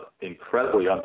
incredibly